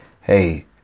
Hey